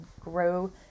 grow